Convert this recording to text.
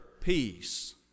peace